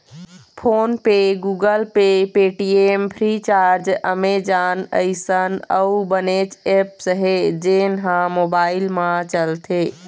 phone पे, Google Pay, Paytm, Freecharge, Amazon अइसन अउ बनेच ऐप्स हे जेन ह मोबाईल म चलथे